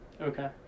Okay